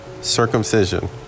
Circumcision